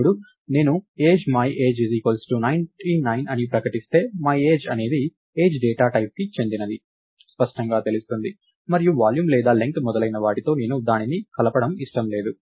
ఇప్పుడు నేను age my age 99 అని ప్రకటిస్తే మై ఏజ్ అనేది ఏజ్ డేటా టైప్ కి చెందినదని స్పష్టంగా తెలుస్తుంది మరియు వాల్యూమ్ లేదా లెంగ్త్ మొదలైన వాటితో నేను దానిని కలపడం ఇష్టం లేదు